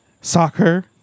Soccer